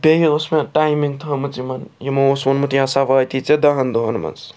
بیٚیہِ ٲس مےٚ ٹایمِنٛگ تھٲومٕژ یمن یمو اوس ووٚنمُت یہِ ہَسا واتی ژےٚ دَہَن دۄہَن مَنٛز